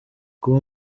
kuba